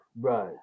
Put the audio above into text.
Right